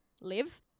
live